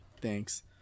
Thanks